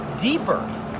deeper